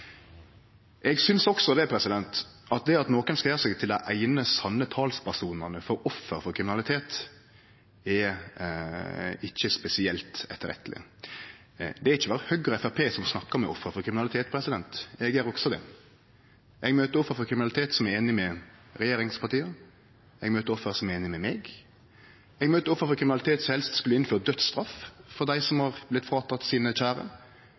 Eg synest også at det at nokon skal gjere seg til dei einaste sanne talspersonane for ofra for kriminalitet, ikkje er spesielt etterretteleg. Det er ikkje berre Høgre og Framstegspartiet som snakkar med ofra for kriminalitet. Eg gjer også det. Eg møter offer for kriminalitet som er einige med regjeringspartia, og eg møter offer som er einig med meg. Eg møter offer for kriminalitet som helst skulle innført dødsstraff for dei som har teke frå dei deira kjære,